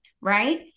right